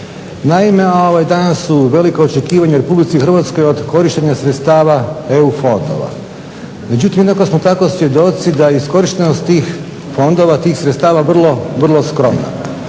Naime, danas su velika očekivanja u RH od korištenja sredstava EU fondova, međutim jednako smo tako svjedoci da iskorištenost tih fondova tih sredstava vrlo, vrlo skromna.